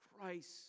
Christ